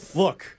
look